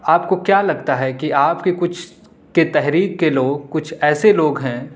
آپ کو کیا لگتا ہے کہ آپ کے کچھ کے تحریک کے لوگ کچھ ایسے لوگ ہیں